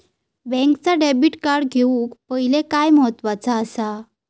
बँकेचा debit card घेउक पाहिले काय महत्वाचा असा?